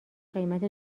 قیمت